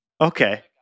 Okay